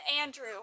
Andrew